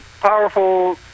powerful